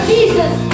Jesus